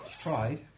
tried